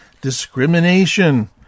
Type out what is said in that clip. discrimination